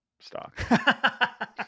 stock